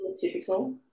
Typical